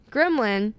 gremlin